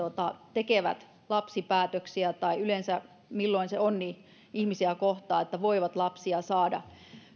tekevät lapsipäätöksiä tai yleensä milloin se onni ihmisiä kohtaa että voivat lapsia saada